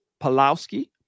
Palowski